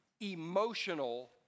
emotional